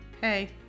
Hey